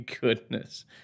goodness